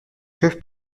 que